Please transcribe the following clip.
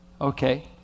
Okay